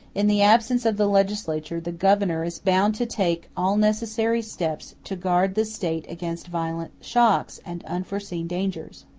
in the absence of the legislature, the governor is bound to take all necessary steps to guard the state against violent shocks and unforeseen dangers.